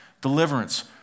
deliverance